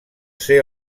ser